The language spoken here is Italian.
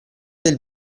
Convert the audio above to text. del